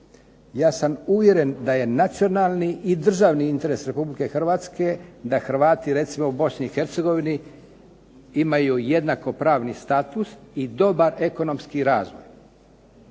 Ja sam uvjeren da je nacionalni i državni interes Republike Hrvatske da Hrvati recimo u Bosni i Hercegovini imaju jednakopravni status i dobar ekonomski razvoj,